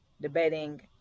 debating